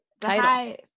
title